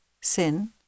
sin